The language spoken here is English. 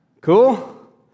Cool